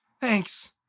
Thanks